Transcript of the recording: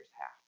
half